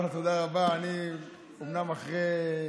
מי מכחיש?